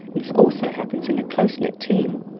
this also happens in a close knit team,